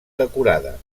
decorada